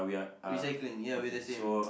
recycling ya we're the same